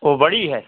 वो बड़ी है